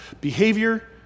behavior